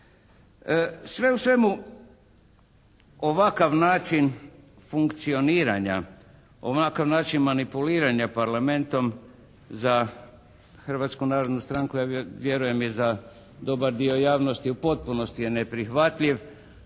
Sve u svemu ovakav način funkcioniranja, ovakav način manipuliranja Parlamentom za Hrvatsku narodnu stranku, ja vjerujem i za dobar dio javnosti u potpunosti je neprihvatljiv.